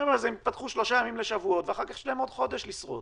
הם פתחו שלושה ימים לשבועות ואחר כך יש להם עוד חודש לשרוד.